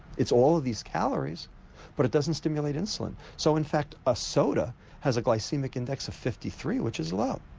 it's all of these calories but it doesn't stimulate insulin. so in fact a soda has a glycaemic index of fifty three which is low.